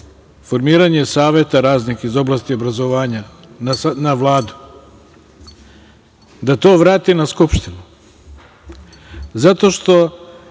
formiranje saveta raznih iz oblasti obrazovanja na Vladu, da to vrati na Skupštinu, zato što